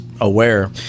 aware